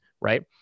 right